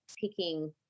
picking